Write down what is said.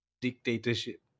dictatorship